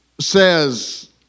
says